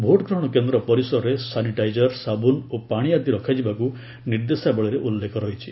vote ଗ୍ରହଣ କେନ୍ଦ୍ର ପରିସରରେ ସାନିଟାଇଜର ସାବୁନ ଓ ପାଣି ଆଦି ରଖାଯିବାକୁ ନିର୍ଦ୍ଦେଶାବଳୀରେ ଉଲ୍ଲେଖ ରହିଛି